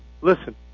listen